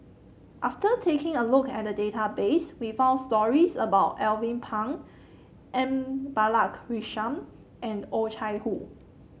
after taking a look at the database we found stories about Alvin Pang M Balakrishnan and Oh Chai Hoo